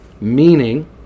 meaning